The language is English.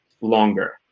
longer